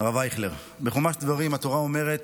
הרב אייכלר, בחומש דברים התורה אומרת: